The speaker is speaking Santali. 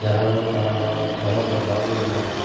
ᱡᱟᱦᱟᱸ ᱢᱟᱱ ᱛᱟᱦᱟᱸ ᱦᱚᱸ ᱫᱚᱦᱚ ᱫᱚ ᱵᱟᱝ ᱜᱟᱱᱚᱜᱼᱟ